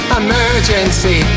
emergency